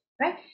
right